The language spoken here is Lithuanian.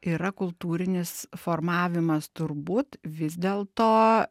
yra kultūrinis formavimas turbūt vis dėlto